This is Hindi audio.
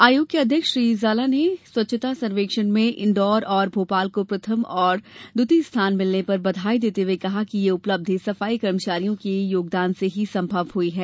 आयोग के अध्यक्ष श्री ज़ाला ने स्वच्छता सर्वेक्षण में इन्दौर और भोपाल को प्रथम तथा द्वितीय स्थान मिलने पर बधाई देते हुए कहा कि यह उपलब्धि सफाई कर्मचारियों के योगदान से ही संभव हुई है